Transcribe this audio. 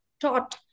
taught